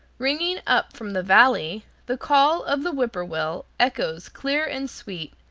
ringing up from the valley, the call of the whip-poor-will echoes clear and sweet,